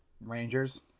Rangers